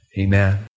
Amen